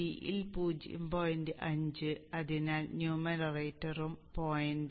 5 അതിനാൽ ന്യൂമറേറ്ററും 0